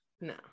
No